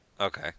Okay